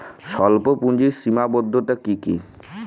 স্বল্পপুঁজির সীমাবদ্ধতা কী কী?